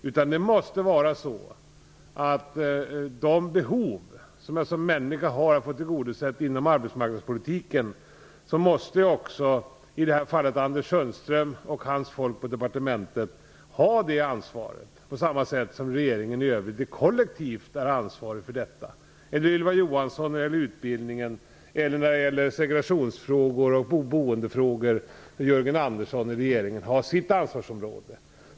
När det gäller de behov som vi människor har och som skall tillgodoses inom arbetsmarknadspolitiken måste i det här fallet Anders Sundström och hans folk på Arbetsmarknadsdepartementet ha det ansvaret på samma sätt som regeringen i övrigt kollektivt har ansvar för detta. Det kan också gälla Ylva Johansson beträffande utbildningen eller Jörgen Andersson beträffande segregations och boendefrågor.